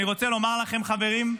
אני רוצה לומר לכם, חברים: